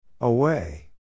Away